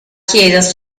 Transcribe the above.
chiesa